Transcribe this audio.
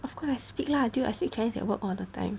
of course I speak lah dude I speak chinese at work all the time